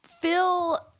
Phil